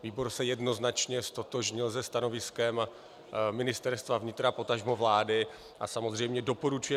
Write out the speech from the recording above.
Výbor se jednoznačně ztotožnil se stanoviskem Ministerstva vnitra, potažmo vlády, a samozřejmě doporučuje